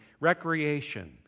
recreation